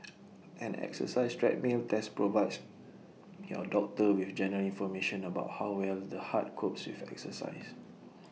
an exercise treadmill test provides your doctor with general information about how well the heart copes with exercise